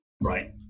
right